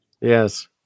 Yes